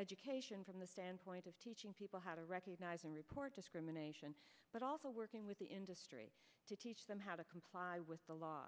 education from the standpoint of teaching people how to recognize and report discrimination but also working with the industry to teach them how to comply with the law